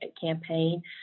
campaign